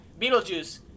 Beetlejuice